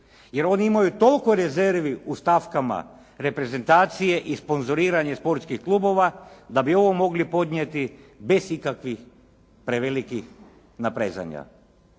jer oni imaju toliko rezervi u stavkama reprezentacije i sponzoriranje sportskih klubova da bi ovo mogli podnijeti bez ikakvih prevelikih naprezanja.